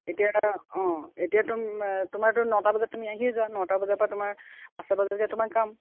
এতিয়া অঁ এতিয়া তোম তোমাৰতো নটা বজাত তুমি আহিয়ে যোৱা নটা বজাৰ পৰা তোমাৰ পাঁচটা বজালৈকে তোমাৰ কাম